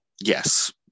Yes